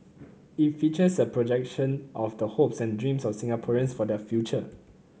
it features a projection of the hopes and dreams of Singaporeans for their future